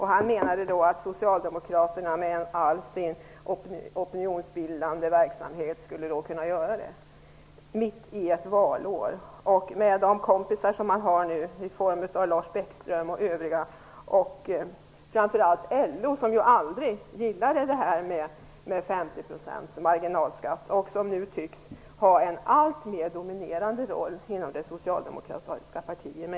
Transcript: Han menade då att Socialdemokraterna med all sin opinionsbildande verksamhet skulle kunna införa den mitt i ett valår. Det kan han nu göra med de kompisar han har i form av Lars Bäckström, övriga och framför allt LO, som ju aldrig gillade detta med 50 % marginalskatt, och som nu tycks ha en alltmer dominerande roll inom det Socialdemokratiska partiet.